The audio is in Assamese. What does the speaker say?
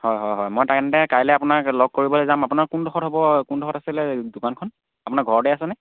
হয় হয় হয় মই তেন্তে কাইলে আপোনাক লগ কৰিবলে যাম আপোনাৰ কোনডোখৰত হ'ব কোনডোখৰত আছিলে দোকানখন আপোনাৰ ঘৰতে আছেনে